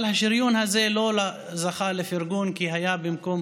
אבל השריון הזה לא זכה לפרגון, כי זה היה במקום